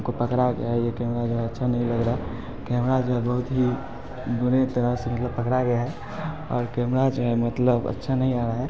हम को पकड़ा गया ये कैमरा अच्छा नहीं लग रहा कैमरा जो है बहुत ही बुरी तरह से मतलब पकड़ा गया है और कैमरा जो है मतलब अच्छा नहीं आ रहा है